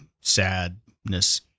sadness